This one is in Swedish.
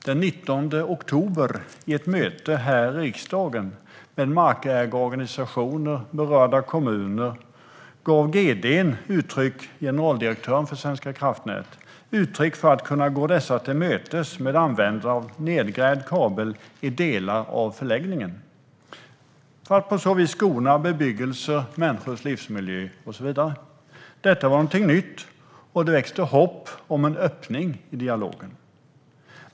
Den 19 oktober i ett möte här i riksdagen med markägarorganisationer och berörda kommuner gav generaldirektören för Svenska kraftnät uttryck för att kunna gå dessa till mötes med användande av nedgrävd kabel i delar av förlängningen - detta för att skona bebyggelser, människors livsmiljö och så vidare. Detta var något nytt, och det väckte hopp om en öppning i dialogen.